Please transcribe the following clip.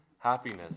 Happiness